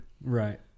right